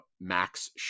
Max